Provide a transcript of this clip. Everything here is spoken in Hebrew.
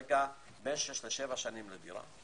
בין שש לשבע שנים לדירה.